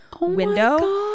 window